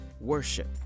worship